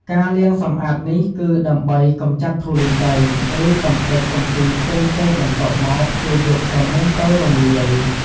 ការលាងសម្អាតនេះគឺដើម្បីកម្ចាត់ធូលីដី ឬកំទេចកំទីផ្សេងៗបន្ទាប់មក គេយកក្រមួនទៅរំលាយ។